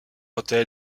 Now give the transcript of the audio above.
autel